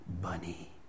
Bunny